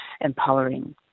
empowering